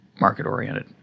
market-oriented